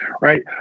right